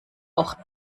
auch